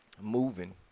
moving